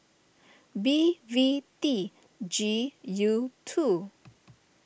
B V T G U two